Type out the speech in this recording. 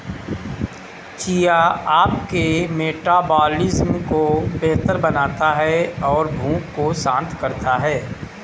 chia आपके metabolism को बेहतर बनाता है और भूख को शांत करता है